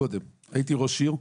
הייתי ראש עיר,